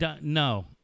no